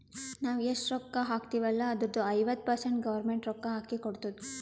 ನಾವ್ ಎಷ್ಟ ರೊಕ್ಕಾ ಹಾಕ್ತಿವ್ ಅಲ್ಲ ಅದುರ್ದು ಐವತ್ತ ಪರ್ಸೆಂಟ್ ಗೌರ್ಮೆಂಟ್ ರೊಕ್ಕಾ ಹಾಕಿ ಕೊಡ್ತುದ್